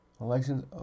elections